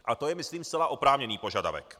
A to je myslím zcela oprávněný požadavek.